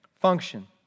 function